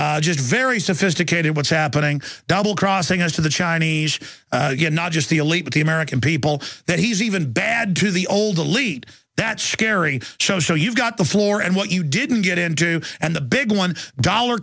over just very sophisticated what's happening double crossing us to the chinese not just the elite but the american people that he's even bad to the old elite that's scary so you've got the floor and what you didn't get into and the big one dollar